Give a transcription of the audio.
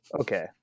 okay